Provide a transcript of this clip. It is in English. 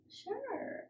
sure